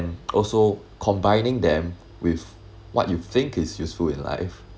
and also combining them with what you think is useful in life